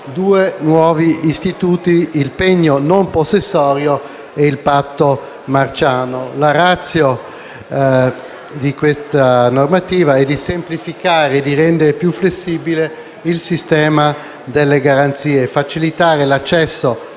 due nuovi istituti, il pegno non possessorio e il cosiddetto patto marciano. La *ratio* di questa normativa è di semplificare e rendere più flessibile il sistema delle garanzie, facilitare l'accesso